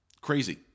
crazy